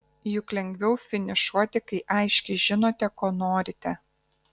juk lengviau finišuoti kai aiškiai žinote ko norite